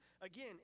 again